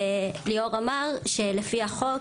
ליאור אמר שלפי החוק,